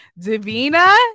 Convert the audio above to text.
Davina